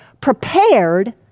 prepared